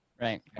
Right